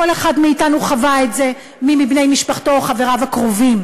כל אחד מאתנו חווה את זה עם מי מבני משפחתו או מחבריו הקרובים,